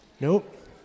Nope